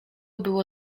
było